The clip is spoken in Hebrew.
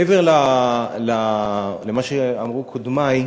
מעבר למה שאמרו קודמי,